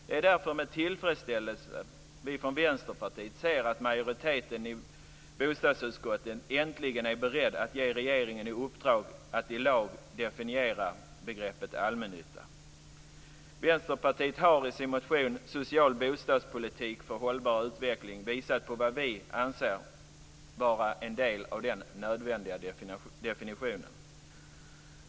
Det är därför med tillfredsställelse som vi från Vänsterpartiet ser att majoriteten i bostadsutskottet äntligen är beredd att ge regeringen i uppdrag att i lag definiera begreppet allmännytta. Vänsterpartiet har i sin motion om social bostadspolitik för hållbar utveckling visat vad vi anser vara en del av den nödvändiga definitionen.